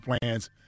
plans